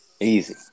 easy